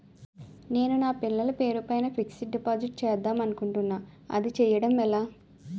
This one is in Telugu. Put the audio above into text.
నేను నా పిల్లల పేరు పైన ఫిక్సడ్ డిపాజిట్ చేద్దాం అనుకుంటున్నా అది చేయడం ఎలా?